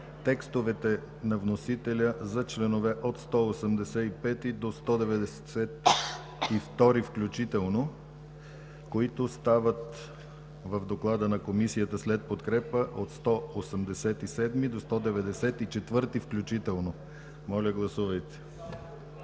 текстовете на вносителя за членове от 185 до 192 включително, които стават в доклада на Комисията, след подкрепа, от 187 до 194 включително. Гласуваме